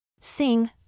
Sing